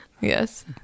Yes